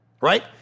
right